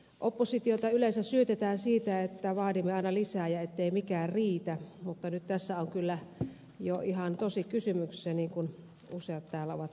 oppositiota yleensä syytetään siitä että vaadimme aina lisää ja ettei mikään riitä mutta nyt tässä on kyllä jo ihan tosi kysymyksessä niin kuin useat täällä ovat maininneet